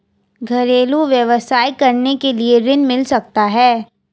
घरेलू व्यवसाय करने के लिए ऋण मिल सकता है?